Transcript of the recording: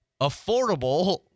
affordable